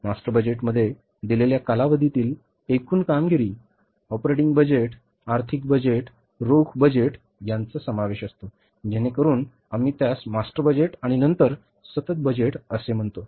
master बजेटमध्ये दिलेल्या कालावधीतील एकूण कामगिरी ऑपरेटिंग बजेट आर्थिक बजेट रोख बजेट यांचा समावेश असतो जेणेकरुन आम्ही त्यास मास्टर बजेट आणि नंतर सतत बजेट असे म्हणतो